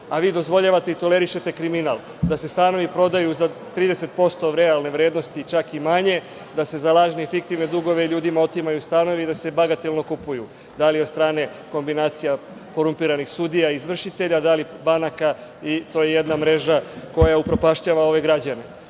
a vi dozvoljavate i tolerišete kriminal, da se stanovi prodaju za 30% od realne vrednosti, čak i manje, da se za lažne i fiktivne dugove ljudima otimaju stanovi i da se bagatelno kupuju, da li od strane kombinacija korumpiranih sudija i izvršitelja, da li banaka. To je jedna mreža koja upropašćava ove građane. Javni